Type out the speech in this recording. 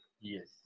Yes